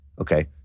Okay